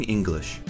English